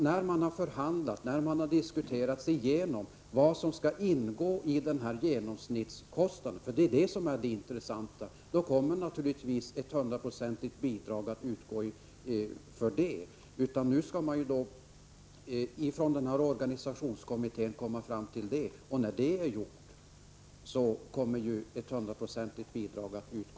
När man har diskuterat igenom vad som skall ingå i genomsnittskostnaden — det är ju detta som är det intressanta — kommer naturligtvis ett hundraprocentigt bidrag att utgå, sedan organisationskommittén har tagit slutlig ställning.